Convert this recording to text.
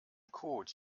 code